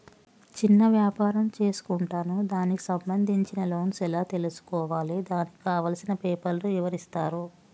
చిన్న వ్యాపారం చేసుకుంటాను దానికి సంబంధించిన లోన్స్ ఎలా తెలుసుకోవాలి దానికి కావాల్సిన పేపర్లు ఎవరిస్తారు?